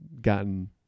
gotten